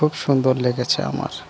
খুব সুন্দর লেগেছে আমার